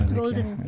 golden